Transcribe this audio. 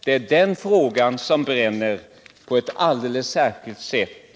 Det är den som bränner på ett alldeles särskilt sätt.